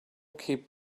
keep